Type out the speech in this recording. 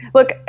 Look